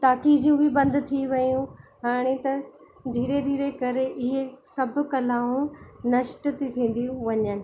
ताकिज़ियूं बि बंदि थी वियूं हाणे त धीरे धीरे करे ईअं सभु कलाऊं नष्ट थी थींदियूं वञनि